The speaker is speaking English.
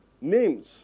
names